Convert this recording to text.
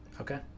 Okay